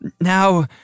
Now